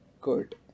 good